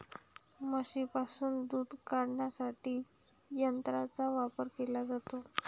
म्हशींपासून दूध काढण्यासाठी यंत्रांचा वापर केला जातो